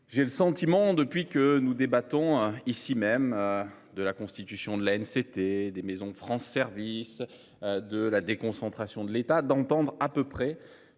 j'ai le sentiment, depuis que nous débattons ici même. De la constitution de la haine, c'était des maisons France service. De la déconcentration de l'État d'entendre à peu près